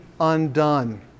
undone